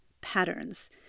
patterns